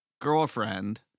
girlfriend